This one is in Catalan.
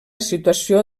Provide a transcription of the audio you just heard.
situació